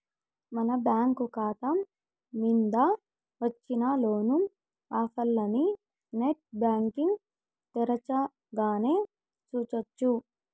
మన బ్యాంకు కాతా మింద వచ్చిన లోను ఆఫర్లనీ నెట్ బ్యాంటింగ్ తెరచగానే సూడొచ్చు